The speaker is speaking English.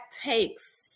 takes